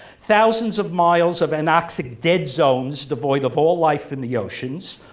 thousands of miles of anoxic dead zones devoid of all life in the oceans,